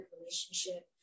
relationship